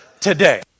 today